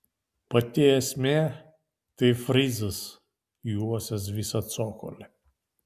pati esmė tai frizas juosęs visą cokolį